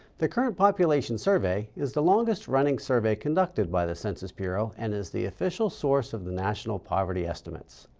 the current population survey is the longest running survey conducted by the census bureau and is the official source of the national poverty estimate.